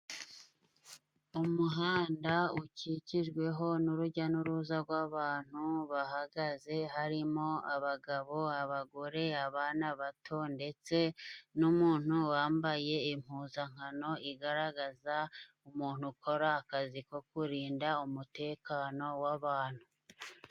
Umuhanda ukikijwe n'urujya n'uruza rw'abantu bahagaze, harimo abagabo, abagore, abana bato ndetse n'umuntu wambaye impuzankano igaragaza, umuntu ukora akazi ko kurinda umutekano w'abantu.